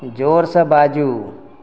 जोरसँ बाजू